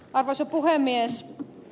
arvoisa puhemies